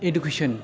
education